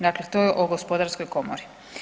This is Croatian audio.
Dakle, to je o gospodarskoj komori.